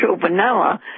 vanilla